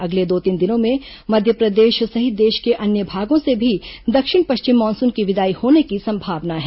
अगले दो तीन दिनों में मध्यप्रदेश सहित देश के अन्य भागों से भी दक्षिण पश्चिम मानसून की विदाई होने की संभावना है